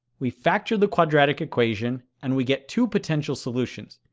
we factor the quadratic equation, and we get two potential solutions,